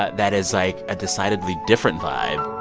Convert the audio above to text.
ah that is, like, a decidedly different vibe,